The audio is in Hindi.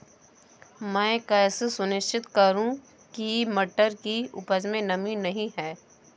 मैं कैसे सुनिश्चित करूँ की मटर की उपज में नमी नहीं है?